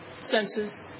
senses